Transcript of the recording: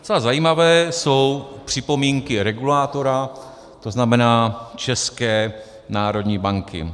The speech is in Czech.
Docela zajímavé jsou připomínky regulátora, to znamená České národní banky.